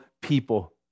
people